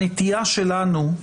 הנטייה שלנו,